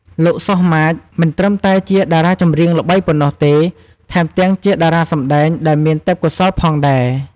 លោក សុះ ម៉ាច មិនត្រឹមតែជាតារាចម្រៀងល្បីប៉ុណ្ណោះទេ ថែមទាំងជាតារាសម្តែងដែលមានទេពកោសល្យផងដែរ។